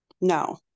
No